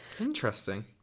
interesting